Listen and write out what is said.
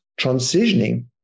transitioning